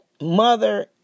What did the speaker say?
mother